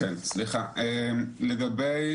לגבי